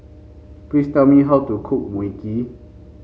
please tell me how to cook Mui Kee